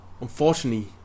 unfortunately